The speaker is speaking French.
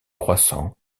croissant